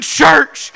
church